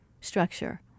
structure